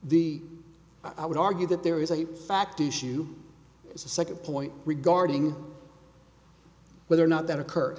the i would argue that there is a fact issue as a second point regarding whether or not that occurred